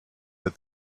that